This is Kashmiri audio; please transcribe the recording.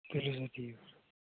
ٹھیٖک چھُ